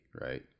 right